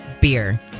beer